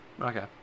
Okay